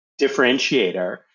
differentiator